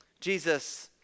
Jesus